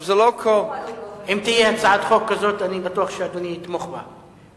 אם תהיה הצעת חוק כזאת, אני בטוח שאדוני יתמוך בה.